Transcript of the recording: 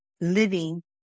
living